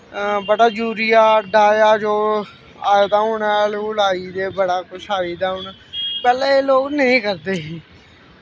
बड़ा जूरिया डाया जो आए दा हून हैल हूल आई दा हून पैह्लैं एह् लोग नेंई करदे ही